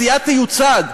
הסיעה תיוצג,